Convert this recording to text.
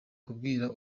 kubwira